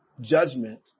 judgment